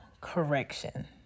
correction